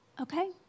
Okay